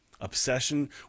Obsession